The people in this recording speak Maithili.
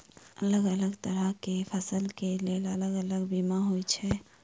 अलग अलग तरह केँ फसल केँ लेल अलग अलग बीमा होइ छै?